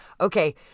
okay